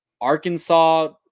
Arkansas